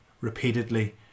repeatedly